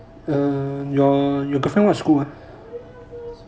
eh err your your girlfriend what school